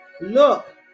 Look